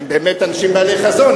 הם באמת אנשים בעלי חזון,